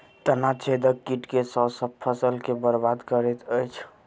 तना छेदक कीट केँ सँ फसल केँ बरबाद करैत अछि?